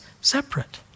separate